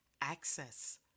access